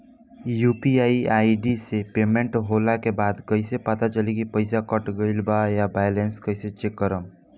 UPI ID से payment होला के बाद कइसे पता चली की पईसा कट गएल आ बैलेंस कइसे चेक करम?